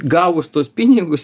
gavus tuos pinigus